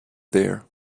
there